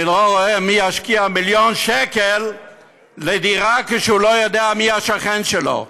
אני לא רואה מי ישקיע מיליון שקל בדירה כשהוא לא יודע מי השכן שלו.